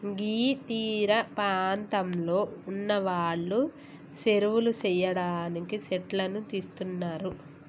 గీ తీరపాంతంలో ఉన్నవాళ్లు సెరువులు సెయ్యడానికి సెట్లను తీస్తున్నరు